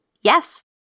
yes